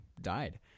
died